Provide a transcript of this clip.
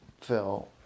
Phil